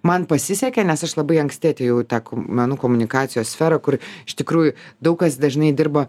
man pasisekė nes aš labai anksti atėjau į tą menų komunikacijos sferą kur iš tikrųjų daug kas dažnai dirba